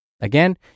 Again